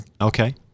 Okay